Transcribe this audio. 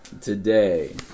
today